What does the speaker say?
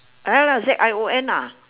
uh Z I O N ah